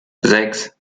sechs